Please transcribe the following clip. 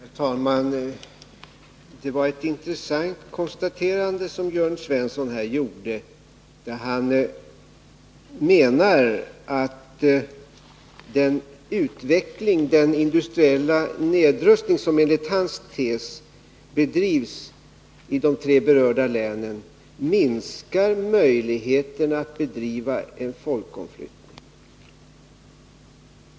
Herr talman! Det var ett intressant konstaterande som Jörn Svensson här gjorde. Han menar att den utveckling — den industriella nedrustning enligt hans tes — som bedrivs i de tre berörda länen minskar möjligheterna att bedriva en folkomflyttning.